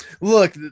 look